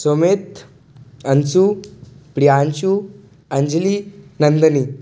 Sumit Anshu Priyanshu Anjali Nandini